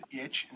itch